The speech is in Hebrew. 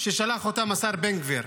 ששלח השר בן גביר.